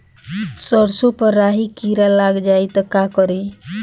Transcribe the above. सरसो पर राही किरा लाग जाई त का करी?